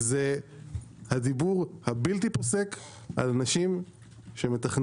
זה הדיבור הבלתי פוסק על אנשים שמתכננים